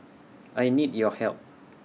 I need your help